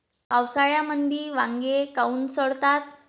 पावसाळ्यामंदी वांगे काऊन सडतात?